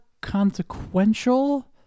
consequential